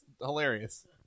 hilarious